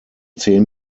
zehn